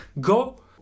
go